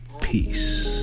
Peace